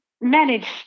manage